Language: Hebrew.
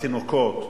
התינוקות.